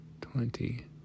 twenty